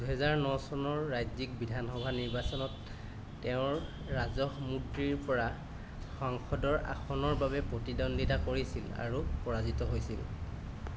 দুহেজাৰ ন চনৰ ৰাজ্যিক বিধানসভা নিৰ্বাচনত তেওঁৰ ৰাজহমুদ্ৰীৰ পৰা সংসদৰ আসনৰ বাবে প্ৰতিদ্বন্দ্বিতা কৰিছিল আৰু পৰাজিত হৈছিল